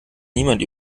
niemand